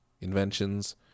inventions